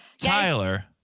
Tyler